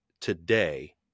today